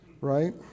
right